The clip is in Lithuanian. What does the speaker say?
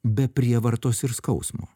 be prievartos ir skausmo